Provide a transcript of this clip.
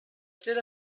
still